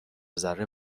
ذره